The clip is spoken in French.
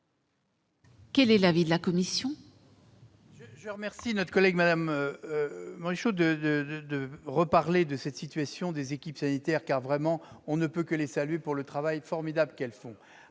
Quel est l'avis de la commission ?